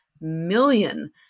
million